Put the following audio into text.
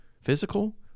physical